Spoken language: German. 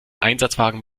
einsatzwagen